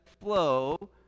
flow